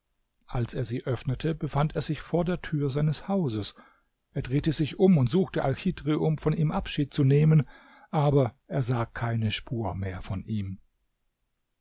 als er sie öffnete befand er sich vor der tür seines hauses er drehte sich um und suchte alchidhr um von ihm abschied zu nehmen aber er sah keine spur mehr von ihm